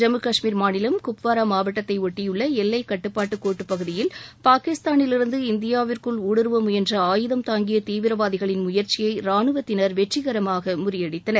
ஜம்மு கஷ்மீர் மாநிலம் குப்வாரா மாவட்டத்தை ஒட்டியுள்ள எல்லை கட்டுப்பாட்டு கோட்டுப் பகுதியில் பாகிஸ்தானிலிருந்து இந்தியாவிற்குள் ஊடுருவ முயன்ற ஆயுதம் தாங்கிய தீவிரவாதிகளின் முயற்சியை ராணுவத்தினர் வெற்றிகரமாக முறியடித்தனர்